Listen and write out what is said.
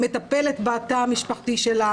מטפלת בתא המשפחתי שלה